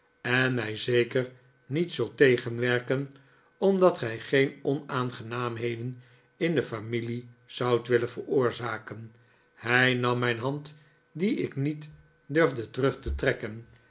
en mij zeker niet zult tegenwerken omdat gij geen onaangenaamheden in de familie zoudt willen veroorzaken hij nam mijn hand die ik niet durfde terug te trekken